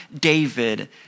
David